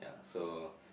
so